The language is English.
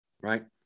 Right